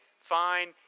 Fine